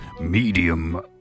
medium